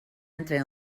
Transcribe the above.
entre